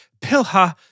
Pilha